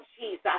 Jesus